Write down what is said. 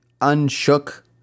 unshook